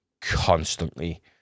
constantly